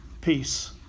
peace